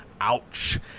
Ouch